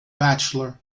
bachelor